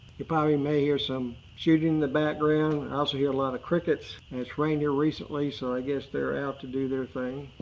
you probably, may hear some shooting in the background. i also hear a lot of crickets and it's rained here recently. so i guess they're out to do their thing.